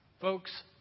Folks